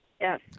Yes